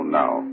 now